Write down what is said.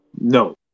No